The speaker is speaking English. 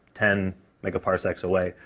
ten megaparsecs away,